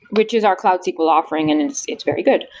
which is our cloud sql offering, and it's it's very good.